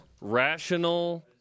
Rational